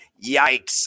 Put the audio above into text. Yikes